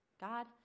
God